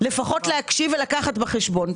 ולקחת בחשבון.